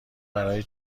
برای